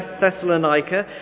Thessalonica